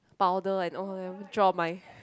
powder and all then draw on my